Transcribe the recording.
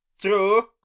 True